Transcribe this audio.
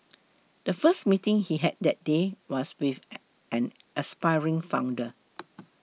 the first meeting he had that day was with an aspiring founder